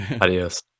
Adios